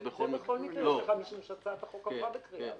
משום שהצעת החוק עברה בקריאה הראשונה.